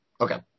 Okay